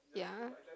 yeah